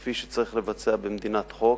כפי שצריך לבצע במדינת חוק,